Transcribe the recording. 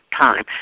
time